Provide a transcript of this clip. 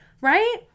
right